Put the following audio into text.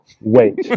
Wait